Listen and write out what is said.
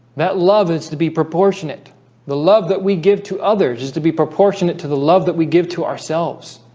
that love is to be proportionate the love that we give to others is to be proportionate to the love that we give to ourselves